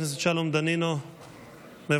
חבר הכנסת שלום דנינו, מוותר,